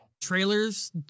Trailers